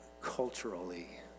culturally